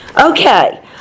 Okay